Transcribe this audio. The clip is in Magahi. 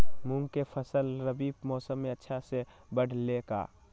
मूंग के फसल रबी मौसम में अच्छा से बढ़ ले का?